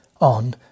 on